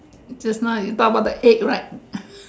just now you talk about the egg right